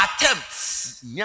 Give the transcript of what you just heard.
attempts